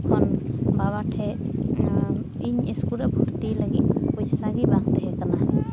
ᱛᱚᱠᱷᱚᱱ ᱵᱟᱵᱟ ᱴᱷᱮᱡ ᱤᱧ ᱤᱥᱠᱩᱞ ᱨᱮ ᱵᱷᱚᱨᱛᱤ ᱞᱟᱹᱜᱤᱫ ᱯᱚᱭᱥᱟ ᱜᱮ ᱵᱟᱝ ᱛᱟᱦᱮᱸ ᱠᱟᱱᱟ